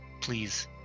please